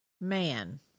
man